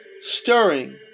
stirring